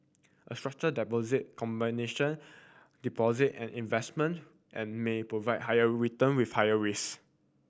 a structured deposit combination deposit and investment and may provide higher return with higher risk